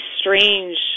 strange